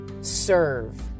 serve